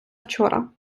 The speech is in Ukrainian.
вчора